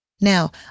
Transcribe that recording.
Now